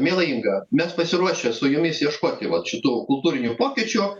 miela inga mes pasiruošę su jumis ieškoti vat šitų kultūrinių pokyčių